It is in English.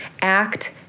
act